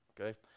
okay